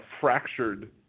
fractured